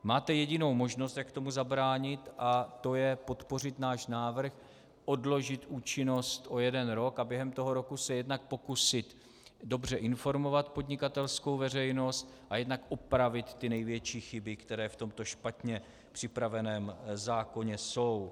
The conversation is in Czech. Máte jedinou možnost, jak tomu zabránit, a to je podpořit náš návrh odložit účinnost o jeden rok a během roku se jednak pokusit dobře informovat podnikatelskou veřejnost a jednak upravit největší chyby, které v tomto špatně připraveném zákoně jsou.